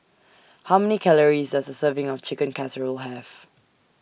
How Many Calories Does A Serving of Chicken Casserole Have